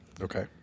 Okay